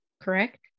correct